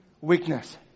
weakness